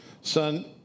son